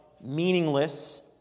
meaningless